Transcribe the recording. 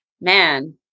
man